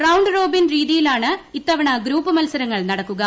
round robin രീതിയിലാണ് ഇത്തവണ group മത്സരങ്ങൾ നടക്കുക